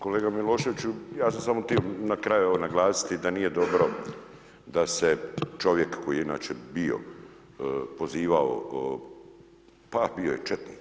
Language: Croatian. Kolega Miloševiću ja sam samo htio ovo na kraju naglasiti da nije dobro da se čovjek koji je inače bio pozivao, pa bio je četnik.